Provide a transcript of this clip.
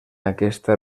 aquesta